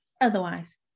Otherwise